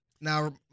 Now